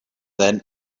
then